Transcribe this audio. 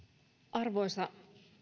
arvoisa